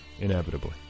Inevitably